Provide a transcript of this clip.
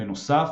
בנוסף,